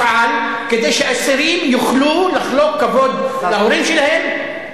בואו כולנו נפעל כדי שאסירים יוכלו לחלוק כבוד להורים שלהם,